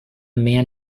man